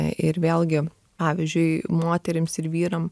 ir vėlgi pavyzdžiui moterims ir vyram